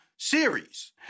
series